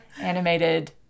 animated